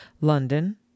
London